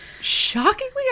shockingly